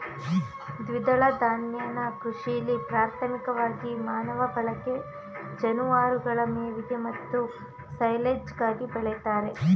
ದ್ವಿದಳ ಧಾನ್ಯನ ಕೃಷಿಲಿ ಪ್ರಾಥಮಿಕವಾಗಿ ಮಾನವ ಬಳಕೆ ಜಾನುವಾರುಗಳ ಮೇವಿಗೆ ಮತ್ತು ಸೈಲೆಜ್ಗಾಗಿ ಬೆಳಿತಾರೆ